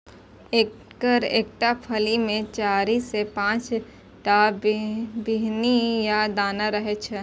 एकर एकटा फली मे चारि सं पांच टा बीहनि या दाना रहै छै